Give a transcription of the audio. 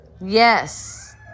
Yes